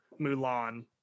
mulan